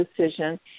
decision